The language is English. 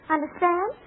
Understand